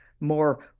more